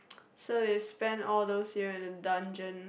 so they spend all those year in a dungeon